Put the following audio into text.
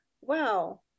Wow